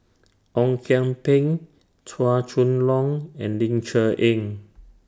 Ong Kian Peng Chua Chong Long and Ling Cher Eng